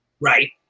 Right